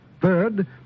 Third